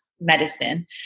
medicine